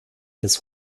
des